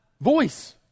voice